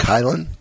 Kylan